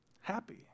Happy